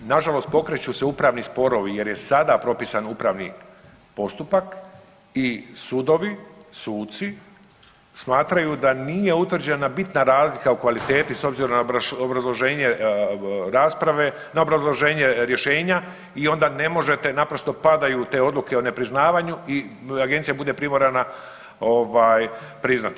Nažalost pokreću se upravni sporovi jer je sada propisan upravni postupak i sudovi, suci smatraju da nije utvrđena bitna razlika u kvaliteti s obzirom na obrazloženje rasprave, na obrazloženje rješenja i onda ne možete, naprosto padaju te odluke o nepriznavanju i Agencija bude primorana priznati.